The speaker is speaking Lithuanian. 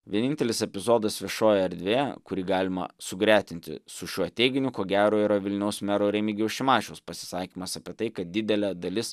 vienintelis epizodas viešojoje erdvėje kurį galima sugretinti su šiuo teiginiu ko gero yra vilniaus mero remigijaus šimašiaus pasisakymas apie tai kad didelė dalis